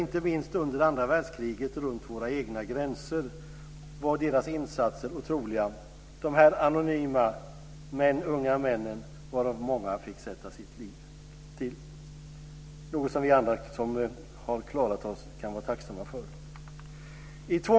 Inte minst under andra världskriget runt våra egna gränser var deras insatser otroliga - de anonyma men unga männen, varav många fick sätta livet till.